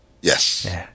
Yes